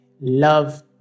love